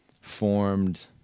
formed